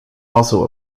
also